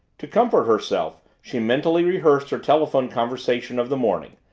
to comfort herself she mentally rehearsed her telephone conversation of the morning,